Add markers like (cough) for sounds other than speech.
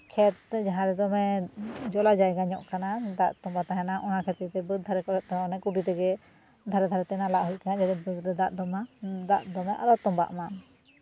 ᱠᱷᱮᱛ ᱡᱟᱦᱟᱸ ᱨᱮ ᱫᱚᱢᱮ ᱡᱚᱞᱟ ᱡᱟᱭᱜᱟ ᱧᱚᱜ ᱠᱟᱱᱟ ᱫᱟᱜ ᱛᱚᱸᱵᱟ ᱛᱟᱦᱮᱱᱟ ᱚᱱᱟ ᱠᱷᱟᱹᱛᱤᱨ ᱛᱮ ᱵᱟᱹᱫᱽ ᱫᱷᱟᱨᱮ ᱠᱚᱨᱮᱫ ᱫᱚ ᱚᱱᱟ ᱠᱩᱰᱤ ᱛᱮᱜᱮ ᱫᱷᱟᱨᱮ ᱫᱷᱟᱨᱮ ᱛᱮ ᱞᱟᱜ ᱦᱩᱭᱩᱜ ᱠᱟᱱᱟ (unintelligible) ᱡᱟᱛᱮ ᱫᱟᱜ ᱫᱚᱢᱮ ᱟᱞᱚ ᱛᱚᱸᱵᱟᱜ ᱢᱟ